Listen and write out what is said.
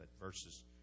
verses